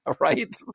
right